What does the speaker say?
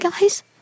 Guys